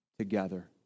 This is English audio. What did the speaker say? together